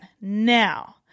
Now